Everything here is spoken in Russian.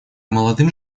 молодым